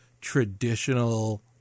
traditional